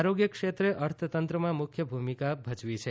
આરોગ્ય ક્ષેત્રે અર્થતંત્રમાં મુખ્ય ભૂમિકા ભજવી છે